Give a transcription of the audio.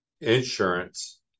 insurance